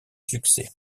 succès